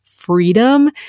freedom